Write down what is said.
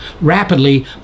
rapidly